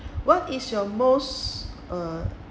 what is your most uh